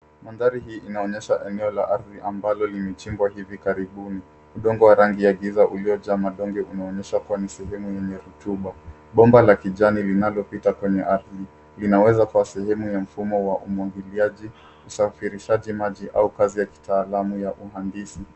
Mandhari hii inaonyesha eneo la ardhi ambalo limechimbwa hivi karibuni. Udongo wa rangi ya giza uliojaa madonge unaonyesha kuwa ni sehemu yenye rutuba. Bomba la kijani linalopita kwenye ardhi linaweza kuwa sehemu ya mfumo wa umwagiliaji, usafirishaji maji au kazi ya kitaalamu ya uhandisi.